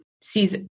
sees